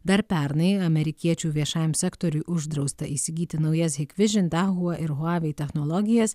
dar pernai amerikiečių viešajam sektoriui uždrausta įsigyti naujas hikvision dahua ir huawei technologijas